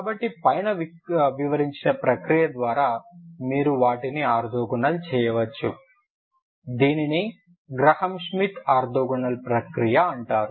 కాబట్టి పైన వివరించిన ప్రక్రియ ద్వారా మీరు వాటిని ఆర్తోగోనల్గా చేయవచ్చు దీనినే గ్రాహం ష్మిత్ ఆర్తోగోనల్ ప్రక్రియ అంటారు